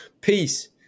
Peace